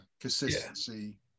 consistency